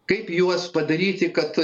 kaip juos padaryti kad